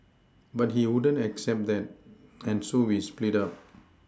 but he wouldn't accept that and so we split up